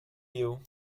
you